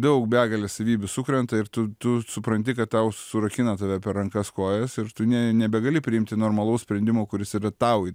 daug begalę savybių sukrenta ir tu tu supranti kad tau surakina tave per rankas kojas ir tu ne nebegali priimti normalaus sprendimo kuris yra tau